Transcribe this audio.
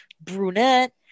brunette